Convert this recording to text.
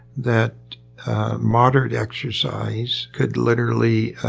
that moderate exercise could literally